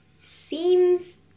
seems